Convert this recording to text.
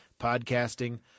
podcasting